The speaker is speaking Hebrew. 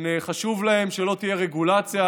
חשוב להם שלא תהיה הרגולציה.